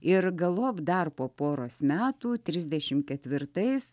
ir galop dar po poros metų trisdešimt ketvirtais